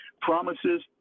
promises